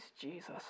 jesus